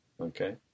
Okay